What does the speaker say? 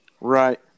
Right